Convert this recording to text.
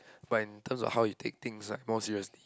but in terms of how you take things more seriously